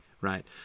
right